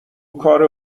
کار